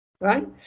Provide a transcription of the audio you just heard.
right